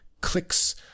clicks